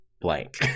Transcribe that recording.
blank